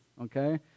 okay